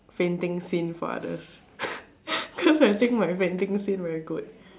fainting scene for others cause I think my fainting scene very good